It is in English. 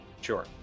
Sure